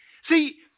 See